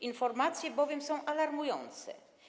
Informacje bowiem są alarmujące.